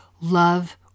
love